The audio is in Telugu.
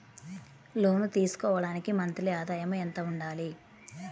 లోను తీసుకోవడానికి మంత్లీ ఆదాయము ఎంత ఉండాలి?